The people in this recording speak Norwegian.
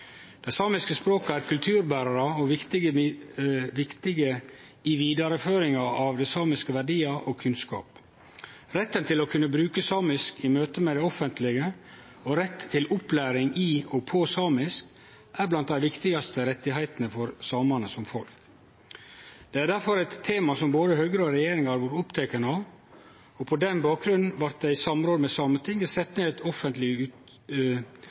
Dei samiske språka er kulturberarar og viktige i vidareføringa av samiske verdiar og kunnskap. Retten til å kunne bruke samisk i møte med det offentlege og rett til opplæring i og på samisk er blant dei viktigaste rettigheitene for samane som folk. Dette er derfor eit tema som både Høgre og regjeringa har vore opptekne av, og på denne bakgrunn blei det i samråd med Sametinget sett ned eit eige offentleg